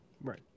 Right